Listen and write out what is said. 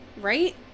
right